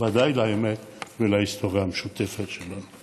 בוודאי לאמת ולהיסטוריה המשותפת שלנו.